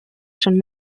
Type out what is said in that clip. schon